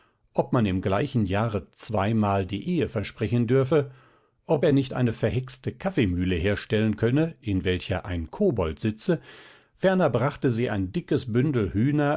ob man im gleichen jahre zweimal die ehe versprechen dürfe ob er nicht eine verhexte kaffeemühle herstellen könne in welcher ein kobold sitze ferner brachte sie ein dickes bündel